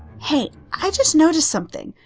hey, i just noticed something.